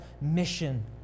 mission